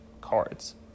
cards